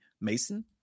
Mason